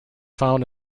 found